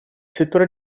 settore